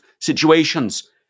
situations